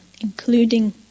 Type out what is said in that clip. including